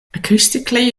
acoustically